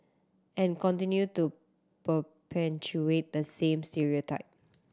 and continue to perpetuate that same stereotype